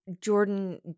Jordan